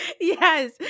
Yes